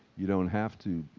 you don't have to,